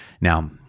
Now